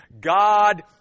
God